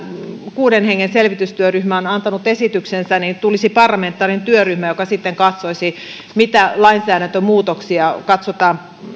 kuuden hengen selvitystyöryhmä on on antanut esityksensä niin tulisi parlamentaarinen työryhmä joka sitten katsoisi mitä lainsäädäntömuutoksia katsotaan